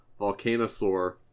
Volcanosaur